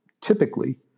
typically